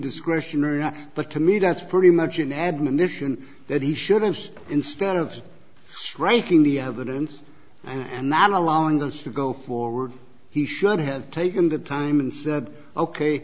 discretionary or not but to me that's pretty much an admonition that he should have instead of striking the evidence and than allowing this to go forward he should have taken the time and said ok